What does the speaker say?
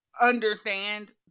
understand